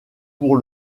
pour